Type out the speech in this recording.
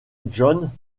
john